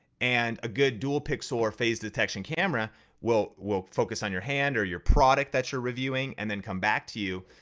and a good dual pixel or phase detection camera will will focus on your hand or your product that you're reviewing and then come back to you,